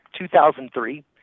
2003